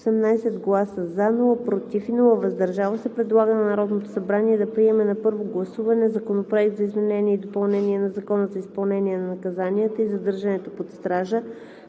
без гласове „против“ и „въздържал се“ предлага на Народното събрание да приеме на първо гласуване Законопроект за изменение и допълнение на Закона за изпълнение на наказанията и задържането под стража,